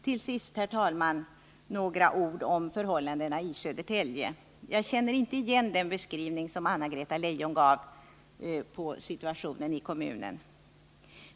Till sist, herr talman, några ord om förhållandena i Södertälje. Jag känner inte igen den beskrivning Anna-Greta Leijon gav av situationen i kommunen.